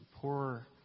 poor